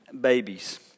babies